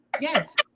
Yes